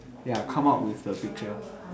ya come out with the picture